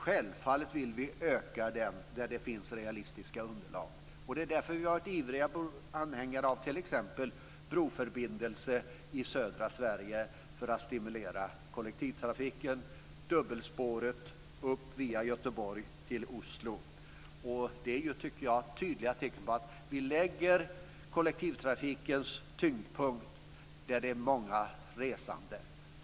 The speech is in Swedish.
Självfallet vill vi öka den där det finns realistiska underlag. Det är därför vi har varit ivriga anhängare av t.ex. broförbindelsen i södra Sverige för att stimulera kollektivtrafiken, dubbelspåret via Göteborg till Oslo. Det är tydliga tecken på att vi lägger kollektivtrafikens tyngdpunkt där det är många resande.